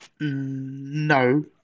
No